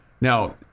Now